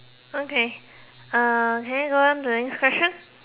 okay uh can we go on to the next question